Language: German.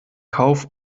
kauf